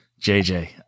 JJ